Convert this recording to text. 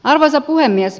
arvoisa puhemies